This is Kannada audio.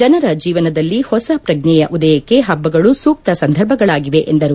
ಜನರ ಜೀವನದಲ್ಲಿ ಹೊಸ ಪ್ರಜ್ಞೆಯ ಉದಯಕ್ಕೆ ಹಬ್ಬಗಳು ಸೂಕ್ತ ಸಂದರ್ಭಗಳಾಗಿವೆ ಎಂದರು